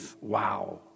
wow